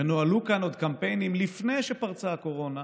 הרי נוהלו כאן עוד קמפיינים לפני שפרצה הקורונה